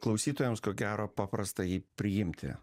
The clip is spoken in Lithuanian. klausytojams ko gero paprasta jį priimti